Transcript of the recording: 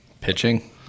Pitching